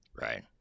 Right